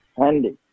handy